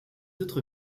autres